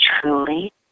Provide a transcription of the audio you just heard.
truly